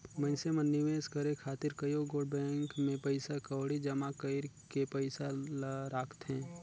मइनसे मन निवेस करे खातिर कइयो गोट बेंक में पइसा कउड़ी जमा कइर के पइसा ल राखथें